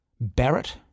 Barrett